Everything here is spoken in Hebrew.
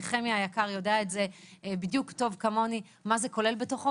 וחמי היקר יודע את זה בדיוק טוב כמוני מה זה כולל בתוכו.